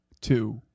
Two